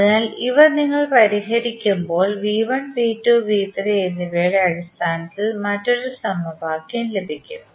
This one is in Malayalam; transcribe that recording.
അതിനാൽ ഇവ നിങ്ങൾ പരിഹരിക്കുമ്പോൾ എന്നിവയുടെ അടിസ്ഥാനത്തിൽ മറ്റൊരു സമവാക്യം ലഭിക്കും